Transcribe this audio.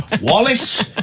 Wallace